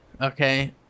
Okay